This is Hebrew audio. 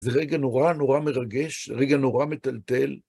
זה רגע נורא נורא מרגש, רגע נורא מטלטל.